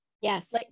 Yes